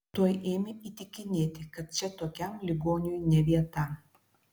tuoj ėmė įtikinėti kad čia tokiam ligoniui ne vieta